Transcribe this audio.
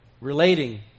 relating